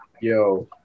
yo